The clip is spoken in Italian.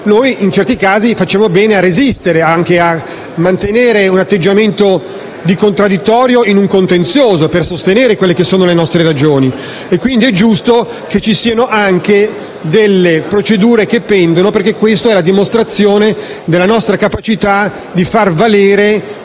Noi, in certi casi, facciamo bene a resistere e a mantenere un atteggiamento di contraddittorio in un contenzioso per sostenere le nostre ragioni e quindi è giusto che ci siano anche delle procedure che pendono, perché questa è la dimostrazione della nostra capacità di far valere